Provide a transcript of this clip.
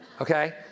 okay